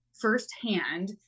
firsthand